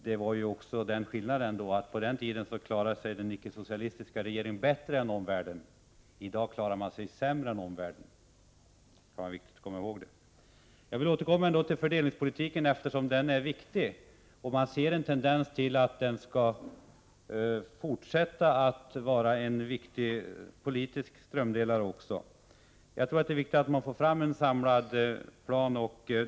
Det var också den skillnaden att på den tiden klarade sig den ickesocialistiska regeringen bättre än regeringarna i omvärlden. I dag klarar sig den socialdemokratiska regeringen sämre än regeringarna i omvärlden. Jag vill återkomma till fördelningspolitiken, eftersom den är viktig. Man ser tendenser till att den skall fortsätta att vara en viktig politisk strömdelare. Jag tror det är viktigt att få fram en samlad plan.